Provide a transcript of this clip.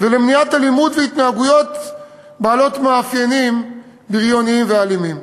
ולמניעת אלימות והתנהגויות בעלות מאפיינים בריוניים ואלימים.